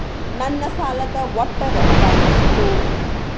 ನನ್ನ ಸಾಲದ ಒಟ್ಟ ರೊಕ್ಕ ಎಷ್ಟು?